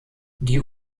die